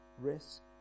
Risk